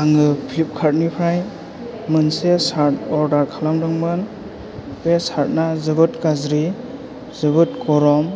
आङो फ्लिपकार्थनिफ्राय मोनसे सार्थ अर्दार खालामदोंमोन बे सार्थआ जोबोद गाज्रि जोबोद गरम